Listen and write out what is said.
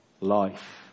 life